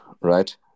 right